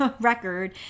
record